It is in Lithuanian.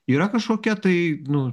yra kažkokia tai nu